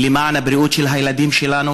למען הבריאות של הילדים שלנו.